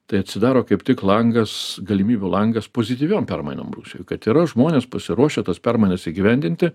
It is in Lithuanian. tai atsidaro kaip tik langas galimybių langas pozityviom permainom rusijoj kad yra žmonės pasiruošę tas permainas įgyvendinti